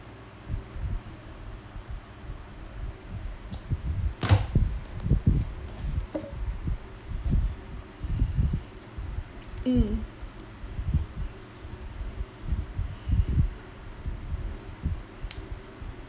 mm